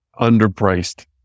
underpriced